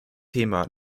thema